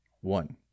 one